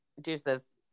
Deuces